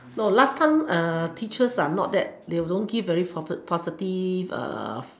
no last time teachers are not that they will don't give very posi~ positive